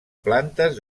plantes